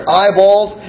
eyeballs